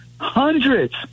hundreds